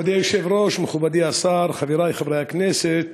מכובדי היושב-ראש, מכובדי השר, חברי חברי הכנסת,